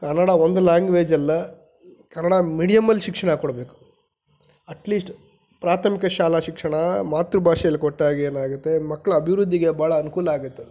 ಕನ್ನಡ ಒಂದು ಲ್ಯಾಂಗ್ವೇಜ್ ಅಲ್ಲ ಕನ್ನಡ ಮೀಡಿಯಮಲ್ಲಿ ಶಿಕ್ಷಣ ಕೊಡಬೇಕು ಅಟ್ಲೀಸ್ಟ್ ಪ್ರಾಥಮಿಕ ಶಾಲಾ ಶಿಕ್ಷಣ ಮಾತೃಭಾಷೆಲಿ ಕೊಟ್ಟಾಗೇನಾಗುತ್ತೆ ಮಕ್ಕಳ ಅಭಿವೃದ್ಧಿಗೆ ಭಾಳ ಅನುಕೂಲ ಆಗತ್ತದು